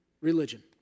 religion